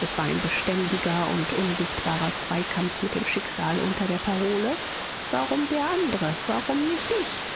es war ein beständiger und unsichtbarer zweikampf mit dem schicksal unter der parole warum der andre warum nicht ich